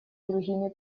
другими